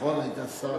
נכון, היית שר.